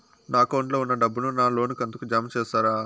నా అకౌంట్ లో ఉన్న డబ్బును నా లోను కంతు కు జామ చేస్తారా?